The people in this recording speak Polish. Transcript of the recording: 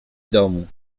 domu